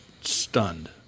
stunned